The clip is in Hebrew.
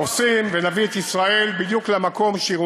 עושים ונביא את ישראל בדיוק למקום שהיא